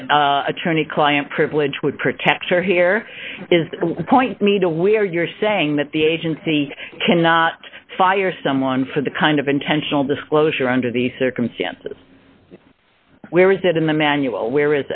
that attorney client privilege would protect her here is the point me to where you're saying that the agency cannot fire someone for the kind of intentional disclosure under the circumstances where is it in the manual where